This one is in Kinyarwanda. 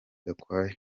gakwaya